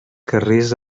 carrers